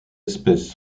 espèces